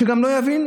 שגם לא יבינו,